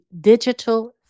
digital